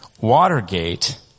Watergate